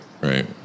Right